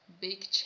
big